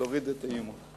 להוריד את האי-אמון.